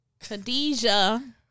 Khadija